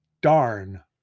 Darn